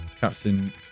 captain